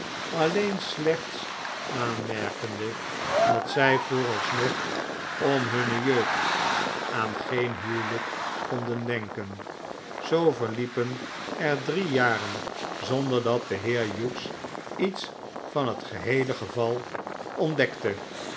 alleen slechts aanmerkende dat zij vooralsnog om hunne jeugd aan geen huwelijk konden denken zoo verliepen er drie jaren zonder dat de heer hughes iets van het geheele geval ontdekte